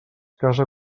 casa